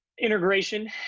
integration